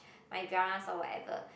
my dramas or whatever